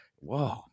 Whoa